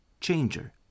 Changer